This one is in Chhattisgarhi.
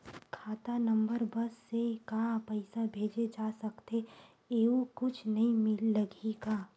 खाता नंबर बस से का पईसा भेजे जा सकथे एयू कुछ नई लगही का?